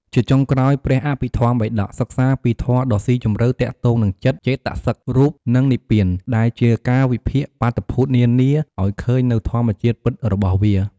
ជាចុងក្រោយ ព្រះអភិធម្មបិដក សិក្សាពីធម៌ដ៏ស៊ីជម្រៅទាក់ទងនឹងចិត្ត ចេតសិក រូប និងនិព្វាន ដែលជាការវិភាគបាតុភូតនានាឱ្យឃើញនូវធម្មជាតិពិតរបស់វា។